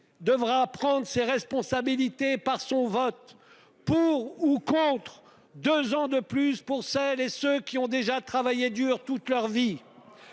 devra prendre ses responsabilités. Par son vote pour ou contre 2 ans de plus pour celles et ceux qui ont déjà travaillé dur toute leur vie.